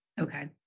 Okay